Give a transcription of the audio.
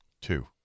two